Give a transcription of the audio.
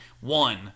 one